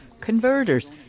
converters